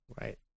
right